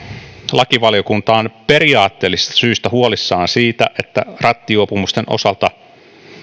lakivaliokunta on periaatteellisista syistä huolissaan siitä että rattijuopumusten osalta